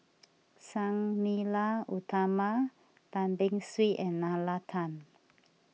Sang Nila Utama Tan Beng Swee and Nalla Tan